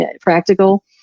practical